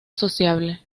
sociable